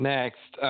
Next